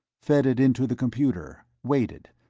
fed it into the computer, waited,